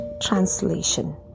Translation